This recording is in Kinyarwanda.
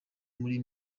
muri